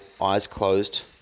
eyes-closed